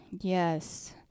Yes